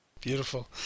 Beautiful